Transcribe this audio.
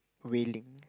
willing